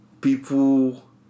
people